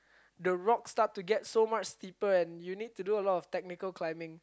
the rocks start to get so much steeper and you need to do a lot of technical climbing